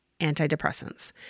antidepressants